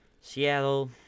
Seattle